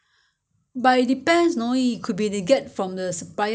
他们放很久没有人买的 leh 你不懂他放多久可能好几个月你懂 mah